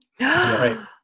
right